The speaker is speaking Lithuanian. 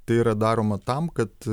tai yra daroma tam kad